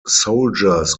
soldiers